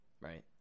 Right